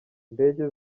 ndege